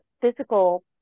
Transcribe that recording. physical